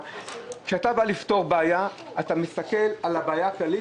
כשאתה בא לפתור בעיה אתה צריך להסתכל על הבעיה הכללית,